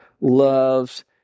loves